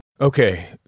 Okay